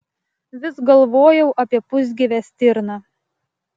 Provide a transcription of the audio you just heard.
vis galvojau apie pusgyvę stirną